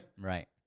right